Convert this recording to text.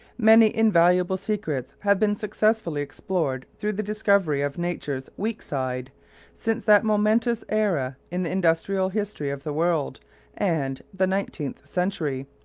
many invaluable secrets have been successfully explored through the discovery of nature's weak side since that momentous era in the industrial history of the world and the nineteenth century,